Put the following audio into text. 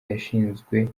yashinzwe